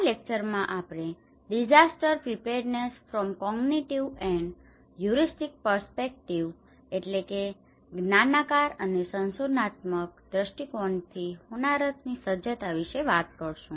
આ લેક્ચરમાં આપણે disaster preparedness from cognitive and heuristic perspective disaster preparedness from cognitive and a heuristic perspective જ્ઞાનાકાર અને સંશોધનાત્મક દ્રષ્ટિકોણથી હોનારત સજ્જતા વિશે ચર્ચા કરીશું